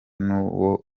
nuwo